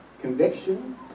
conviction